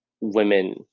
women